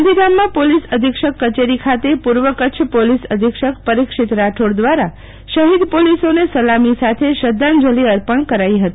ગાંધીધામમાં પોલીસ અધિક્ષક કચેરી ખાતે પૂર્વ કચ્છ પોલીસ અધિક્ષક પરીક્ષિત રાઠોડ દ્વારા શહીદ પોલીસોને સલામી સાથે શ્રદ્ધાંજલિ અર્પણ કરાઈ હતી